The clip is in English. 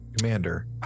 Commander